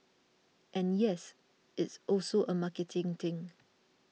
and yes it's also a marketing thing